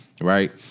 right